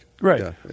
Right